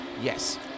yes